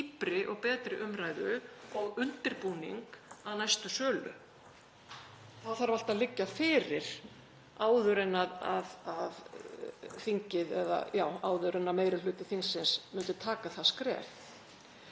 Þá þarf allt að liggja fyrir áður en meiri hluti þingsins myndi taka það skref.